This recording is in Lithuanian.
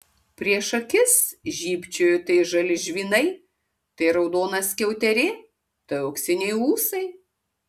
prieš akis žybčiojo tai žali žvynai tai raudona skiauterė tai auksiniai ūsai